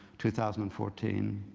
two thousand and fourteen.